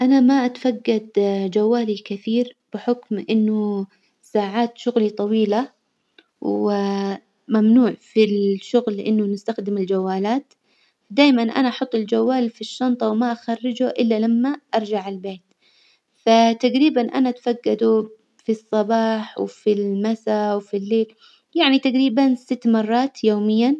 أنا ما أتفجد جوالي الكثير بحكم إنه ساعات شغلي طويلة، و ممنوع في الشغل إنه نستخدم الجوالات، دايما أنا أحط الجوال في الشنطة وما أخرجه إلا لما أرجع البيت، فتجريبا أنا أتفجده في الصباح وفي المسا وفي الليل، يعني تجريبا ست مرات يوميا.